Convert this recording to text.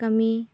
ᱠᱟᱹᱢᱤ